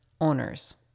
owners